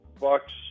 bucks